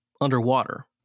underwater